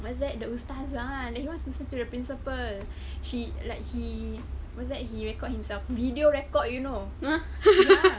what's that the ustazah kan and then he wants to send to the principal he like he what's that he record himself video record you know ya